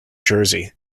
jersey